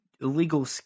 Illegal